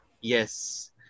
Yes